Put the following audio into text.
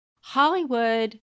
Hollywood